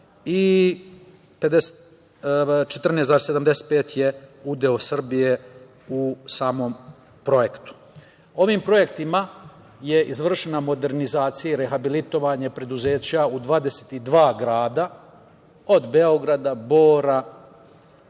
14,75% je udeo Srbije u samom projektu. Ovim projektima je izvršena modernizacija i rehabilitovanje preduzeća u 22 grada, od Beograda, Bora,